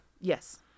Yes